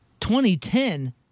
2010